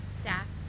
staff